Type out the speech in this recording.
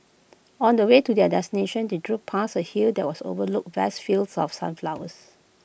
on the way to their destination they drove past A hill that was overlooked vast fields of sunflowers